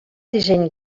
disseny